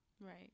Right